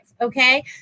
okay